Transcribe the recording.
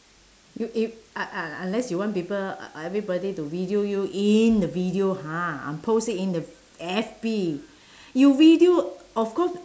you if uh uh un~ unless you want people e~ everybody to video you in the video ha post it in the F_B you video of course